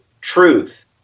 truth